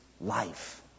life